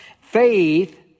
Faith